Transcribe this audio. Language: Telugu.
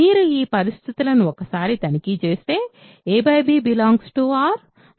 మీరు ఈ పరిస్థితులను ఒకసారి తనిఖీ చేస్తే a b R a b R